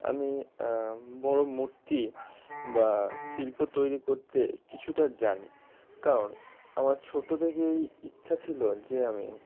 আমি বড় মূর্তি বা শিল্প তৈরি করতে কিছুটা জানি কারণ আমার ছোট থেকেই ইচ্ছা ছিল যে আমি